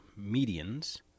medians